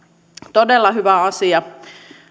todella hyvä asia